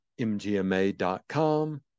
mgma.com